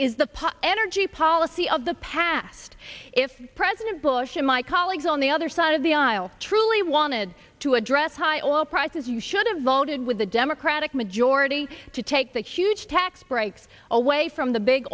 is the pa energy policy of the past if president bush and my colleagues on the other side of the aisle truly wanted to address high oil prices you should have voted with the democratic majority to take the huge tax breaks away from the big